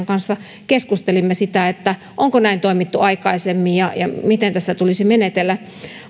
kanssa keskustelimme onko näin toimittu aikaisemmin ja miten tässä tulisi menetellä